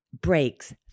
breaks